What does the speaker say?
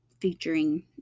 featuring